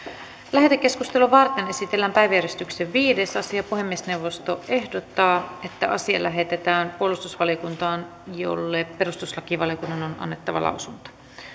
lähetekeskustelua varten esitellään päiväjärjestyksen viides asia puhemiesneuvosto ehdottaa että asia lähetetään puolustusvaliokuntaan jolle perustuslakivaliokunnan on annettava lausunto